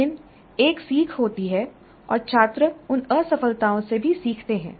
लेकिन एक सीख होती है और छात्र उन असफलताओं से भी सीखते हैं